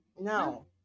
no